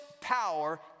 power